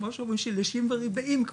כמו שאומרים שלישים רביעים,